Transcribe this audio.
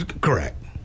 Correct